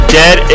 dead